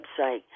website